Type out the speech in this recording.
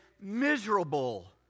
miserable